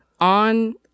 on